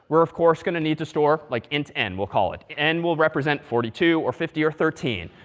we're of course, going to need to store like int n, we'll call it. n will represent forty two, or fifty, or thirteen.